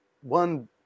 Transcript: one